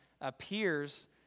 appears